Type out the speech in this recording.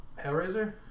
Hellraiser